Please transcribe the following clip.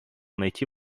найти